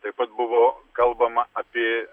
taip pat buvo kalbama apie